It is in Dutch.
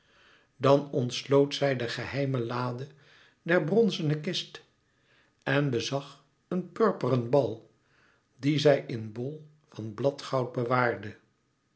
dan ontsloot zij de geheime lade der bronzene kist en bezag een purperen bal die zij in bol van bladgoud bewaarde